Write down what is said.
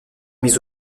mise